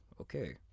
okay